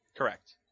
Correct